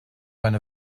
eine